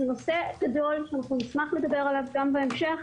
זה נושא גדול ואנחנו נשמח לדבר עליו גם בהמשך,